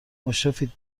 مشرفید